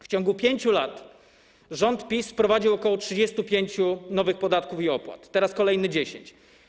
W ciągu 5 lat rząd PiS wprowadził ok. 35 nowych podatków i opłat, teraz kolejne 10.